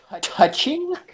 Touching